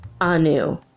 Anu